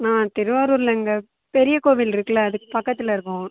நான் திருவாரூரில் இங்கே பெரிய கோவில் இருக்குல்லை அதுக்கு பக்கத்தில் இருக்கோம்